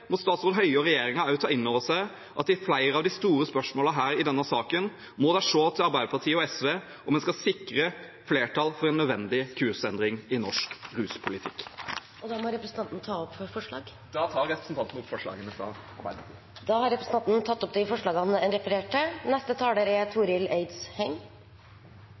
må statsråd Høie og regjeringen ta innover seg at i flere av de store spørsmålene i denne saken må de se til Arbeiderpartiet og SV om en skal sikre flertall for en nødvendig kursendring i norsk politikk. Jeg tar opp forslagene Arbeiderpartiet står sammen med Senterpartiet og SV om. Representanten Tellef Inge Mørland har tatt opp de forslagene han refererte til.